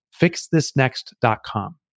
Fixthisnext.com